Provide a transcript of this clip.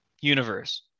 universe